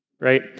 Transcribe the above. right